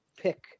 pick